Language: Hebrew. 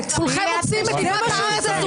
זה הערות פתיחה.